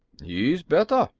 he's better,